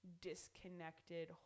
disconnected